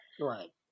Right